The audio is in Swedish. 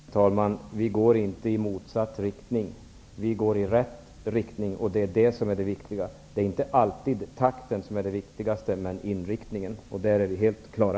Herr talman! Vi går inte i motsatt riktning. Vi går i rätt riktning, och det är det viktiga. Det är inte alltid takten som är det viktigaste, utan inriktningen, och där är vi helt klara.